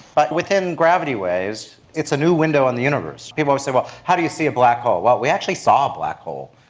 but within gravity waves, it's a new window on the universe. people say, well, how do you see a black hole? well, we actually saw a black hole,